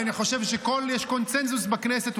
ואני חושב שיש קונסנזוס בכנסת,